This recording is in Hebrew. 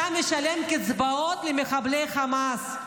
אתה משלם קצבאות למחבלי חמאס,